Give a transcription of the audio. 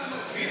לא,